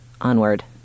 onward